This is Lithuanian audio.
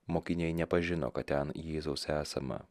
mokiniai nepažino kad ten jėzaus esama